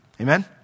Amen